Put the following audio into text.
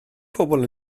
pobl